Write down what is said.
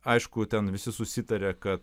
aišku ten visi susitarė kad